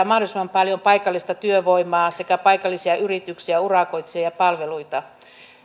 mahdollisimman paljon paikallista työvoimaa sekä paikallisia yrityksiä urakoitsijoita ja palveluita